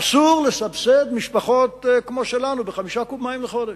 אסור לסבסד משפחות כמו שלנו ב-5 קוב מים לחודש.